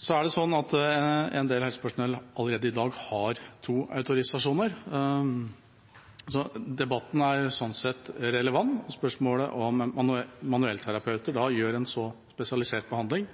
del helsepersonell har allerede i dag to autorisasjoner, så debatten er sånn sett relevant. Spørsmålet er om manuellterapeuter gjør en så spesialisert behandling